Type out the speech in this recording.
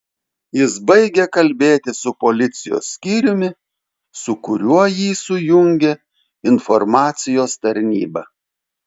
jis baigė kalbėti su policijos skyriumi su kuriuo jį sujungė informacijos tarnyba